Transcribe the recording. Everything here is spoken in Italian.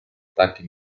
attacchi